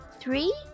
Three